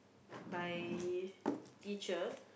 my teacher